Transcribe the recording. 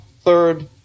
Third